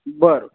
बरं